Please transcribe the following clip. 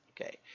Okay